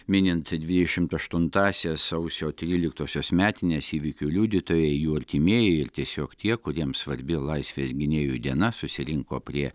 minint dvidešimt aštuntąsias sausio tryliktosios metines įvykių liudytojai jų artimieji ir tiesiog tie kuriems svarbi laisvės gynėjų diena susirinko prie